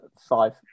five